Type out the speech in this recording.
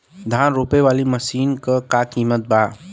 धान रोपे वाली मशीन क का कीमत बा?